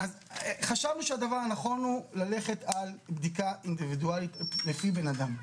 חשבנו שהדבר הנכון הוא ללכת על בדיקה אינדיבידואלית לפי בן-אדם,